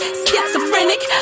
schizophrenic